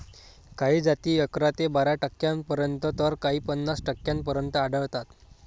काही जाती अकरा ते बारा टक्क्यांपर्यंत तर काही पन्नास टक्क्यांपर्यंत आढळतात